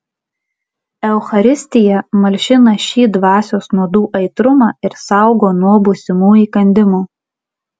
eucharistija malšina šį dvasios nuodų aitrumą ir saugo nuo būsimų įkandimų